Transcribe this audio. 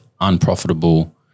unprofitable